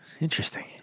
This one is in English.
Interesting